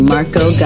Marco